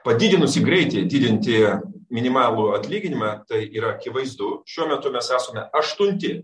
padidinusi greitį didinti minimalų atlyginimą tai yra akivaizdu šiuo metu mes esame aštunti